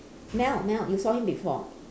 mel mel you saw him before